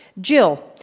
Jill